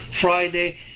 Friday